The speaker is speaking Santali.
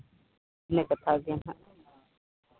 ᱤᱱᱟᱹ ᱠᱟᱛᱷᱟ ᱜᱮ ᱦᱟᱸᱜ